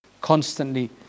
constantly